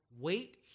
wait